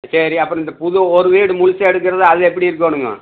சரி அப்புறோம் இந்த புது ஒரு வீடு முழுசாக எடுக்கிறது அது எப்படி இருக்கணுங்கோ